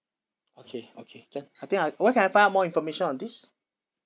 okay okay can I think I where can I find out more information on this